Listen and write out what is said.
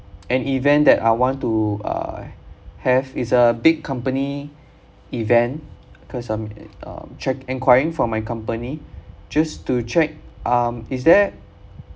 an event that I want to uh have is a big company event cause I'm um check inquiring for my company just to check um is there